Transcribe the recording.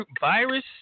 virus